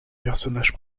personnage